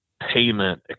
payment